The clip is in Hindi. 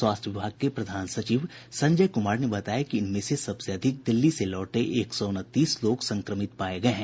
स्वास्थ्य विभाग के प्रधान सचिव संजय कुमार ने बताया कि इनमें से सबसे अधिक दिल्ली से लौटे एक सौ उनतीस लोग संक्रमित पाये गये हैं